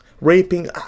raping